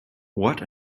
what